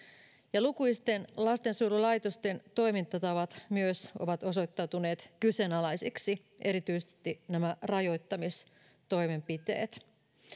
ja lukuisten lastensuojelulaitosten toimintatavat ovat myös osoittautuneet kyseenalaisiksi erityisesti nämä rajoittamistoimenpiteet